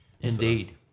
Indeed